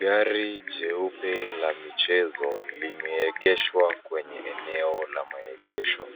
Gari jeupe la michezo limeegeshwa kwenye eneo la maegesho.